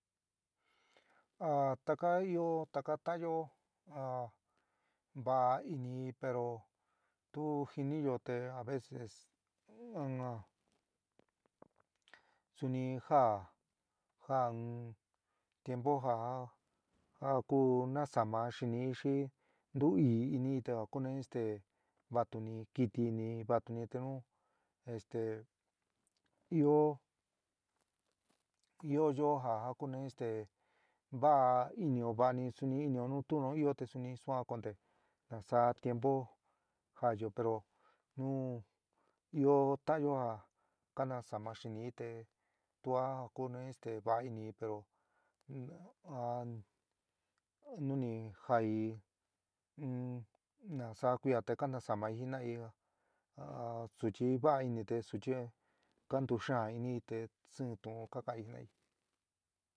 A taka ɨó taka taányo ja va'a inɨí pero tu jiniyo te a veces suni jaá jaá in tiempu ja ja jaku nasáma xinɨi xi ntú ɨɨí inɨí te ja kuni este vátuni kɨti inɨi vatuni te nu este ɨó ɨó yoó ja ja kuni esté va'a inɨo va'ani suni inɨo nu tuni ɨó te suni suan konte nasaá tiempu jaáyo pero nu ɨó ta'ányo ja kanasama xinɨi te tuá kunɨí este vaá inɨi pero nuni jai in nasaá kuia te kanasamai jina'ai a suchi vaá ini te suchi kántú xaán inɨí te sin tu'un ka kaan' íí jina'ai.